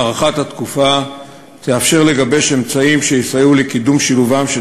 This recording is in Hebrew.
הארכת התקופה תאפשר לגבש אמצעים שיסייעו לקידום שילובם של